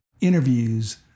interviews